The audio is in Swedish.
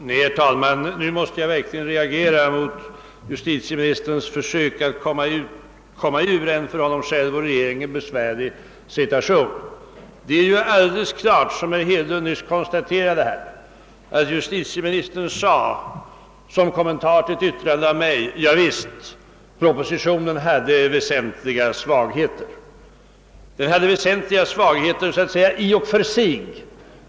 Herr talman! Jag måste verkligen reagera mot justitieministerns försök att klara sig ur en för honom själv och regeringen besvärlig situation. Det är alldeles klart, som herr Hedlund nyss konstaterade, att justitieministern som kommentar till ett yttrande av mig sade: Javisst, propositionen hade väsentliga svagheter. Den hade alltför väsentliga svagheter i och för sig.